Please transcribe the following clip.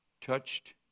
touched